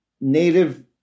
native